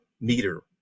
meter